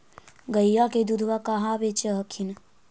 गईया के दूधबा कहा बेच हखिन?